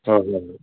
ꯍꯣꯏ ꯍꯣꯏ